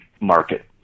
market